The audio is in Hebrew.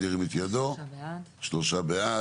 שלושה בעד.